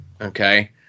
Okay